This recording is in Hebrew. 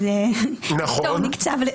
פטור נקצב --- נכון.